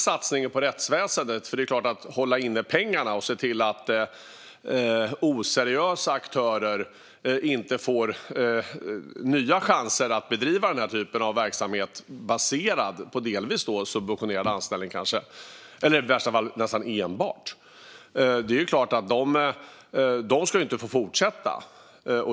Man måste hålla inne pengarna och se till att oseriösa aktörer inte får nya chanser att bedriva den typen av verksamhet baserad delvis på subventionerade anställningar, eller i värsta fall nästan enbart. De ska inte få fortsätta.